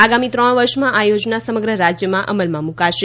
આગામી ત્રણ વર્ષમાં આ યોજના સમગ્ર રાજ્યમાં અમલમાં મૂકાશે